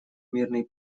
мирный